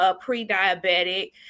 pre-diabetic